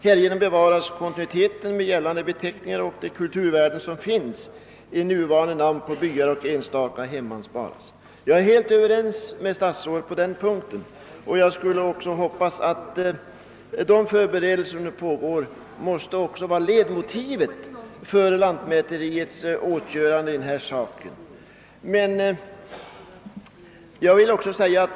>Härigenom bevaras kontinuiteten med gällande beteckningar, och de kulturvärden som finns i nuvarande namn på byar och enstaka hemman sparas.» Jag är helt överens med statsrådet på den punkten, och jag hoppas att de anförda synpunkterna ligger som led motiv för lantmäteristyrelsens åtgärder i denna sak.